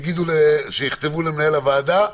שיכתבו למנהל הוועדה.